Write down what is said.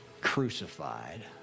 crucified